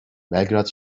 belgrad